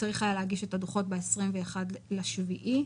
צריך היה להגיש את הדוחות ב-21 ביולי 2021